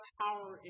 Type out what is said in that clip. power